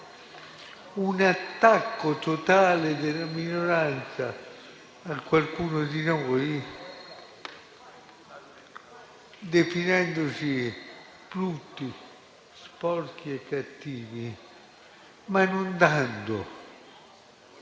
un attacco totale della minoranza a qualcuno di noi definendoci brutti, sporchi e cattivi, ma dando